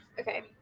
okay